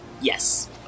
Yes